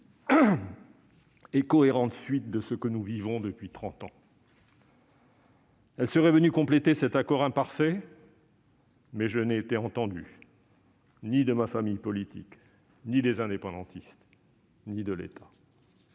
et cohérente de ce que nous vivons depuis trente ans et serait venu compléter cet accord imparfait. Mais je n'ai été entendu ni de ma famille politique, ni des indépendantistes, ni de l'État,